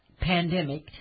pandemic